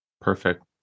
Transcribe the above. Perfect